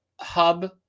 Hub